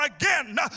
again